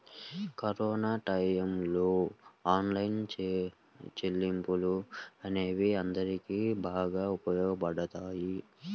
corona టైయ్యంలో online చెల్లింపులు అనేవి అందరికీ బాగా ఉపయోగపడ్డాయి